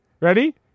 Ready